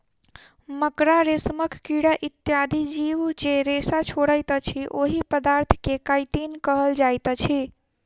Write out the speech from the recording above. मकड़ा, रेशमक कीड़ा इत्यादि जीव जे रेशा छोड़ैत अछि, ओहि पदार्थ के काइटिन कहल जाइत अछि